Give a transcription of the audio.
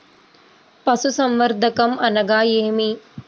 పశుసంవర్ధకం అనగా ఏమి?